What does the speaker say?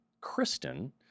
Kristen